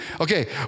Okay